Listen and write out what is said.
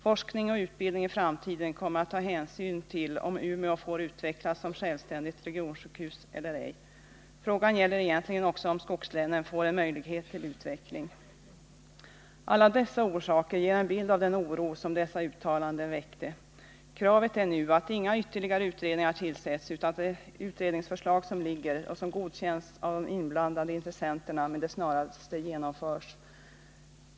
Forskning och utbildning i framtiden kommer att ta hänsyn till om Umeå får utvecklas som självständigt regionsjukhus eller ej. Frågan gäller egentligen också om skogslänen får en möjlighet till utveckling. Alla dessa förhållanden ger en bild av den oro som dessa uttalanden väckte. Kravet är nu att inga ytterligare utredningar tillsätts utan att det utredningsförslag som föreligger och som godkänts av de inblandade intressenterna med det snaraste genomförs.